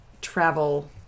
Travel